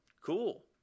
cool